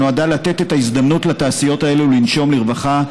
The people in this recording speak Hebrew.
שנועדה לתת את ההזדמנות לתעשיות האלה לנשום לרווחה.